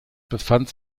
befand